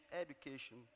education